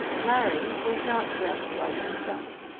larry was not dressed like himself.